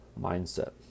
mindset